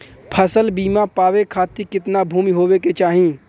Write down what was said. फ़सल बीमा पावे खाती कितना भूमि होवे के चाही?